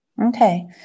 okay